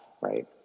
right